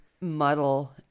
muddle